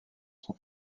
son